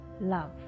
love